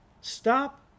stop